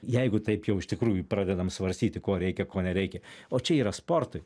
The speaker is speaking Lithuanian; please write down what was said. jeigu taip jau iš tikrųjų pradedam svarstyti ko reikia ko nereikia o čia yra sportui